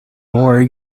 more